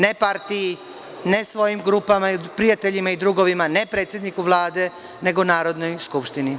Ne partiji, ne svojim prijateljima i drugovima, ne predsedniku Vlade, nego Narodnoj skupštini.